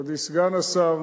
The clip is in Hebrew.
מכובדי סגן השר,